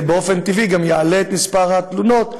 באופן טבעי גם יעלה את מספר התלונות.